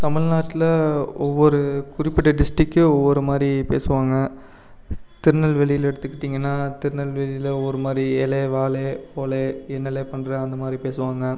தமிழ்நாட்டில் ஒவ்வொரு குறிப்பிட்ட டிஸ்டிக் ஒவ்வொரு மாதிரி பேசுவாங்க திருநெல்வேலியில் எடுத்துக்கிட்டிங்கன்னா திருநெல்வேலியில் ஒரு மாதிரி எலே வாலே போலே என்னலே பண்ணுற அந்த மாதிரி பேசுவாங்க